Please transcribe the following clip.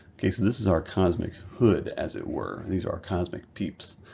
okay so this is our cosmic hood as it were. these are our cosmic peeps.